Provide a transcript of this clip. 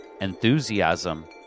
enthusiasm